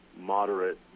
moderate